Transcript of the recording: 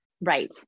right